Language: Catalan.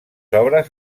obres